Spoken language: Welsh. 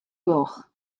gloch